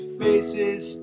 faces